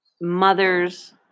mothers